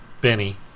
Benny